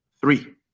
Three